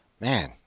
Man